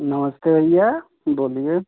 नमस्ते भैया बोलिए